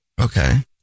Okay